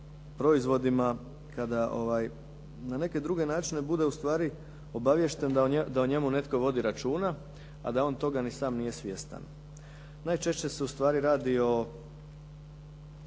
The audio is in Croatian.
proizvodima, kada na neke druge načine bude ustvari obaviješten da o njemu netko vodi računa, a da on toga ni sam nije svjestan. Najčešće se ustvari radi o